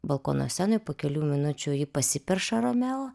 balkono scenoj po kelių minučių ji pasiperša romeo